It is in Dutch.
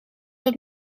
wat